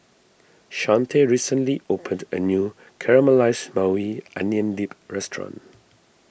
Shante recently opened a new Caramelized Maui Onion Dip restaurant